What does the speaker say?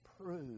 prove